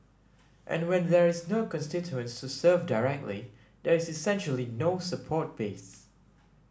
and when there is no constituents to serve directly there is essentially no support base